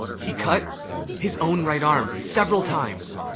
he cut his own right arm several times.